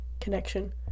connection